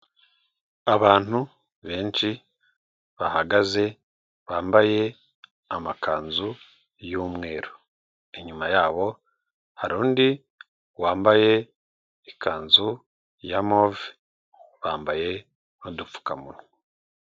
Abantu benshi bahagaze bambaye amakanzu y'umweru, inyuma yabo hari undi wambaye ikanzu ya move bambaye n'udupfukamunwa.